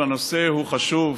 והנושא הוא חשוב,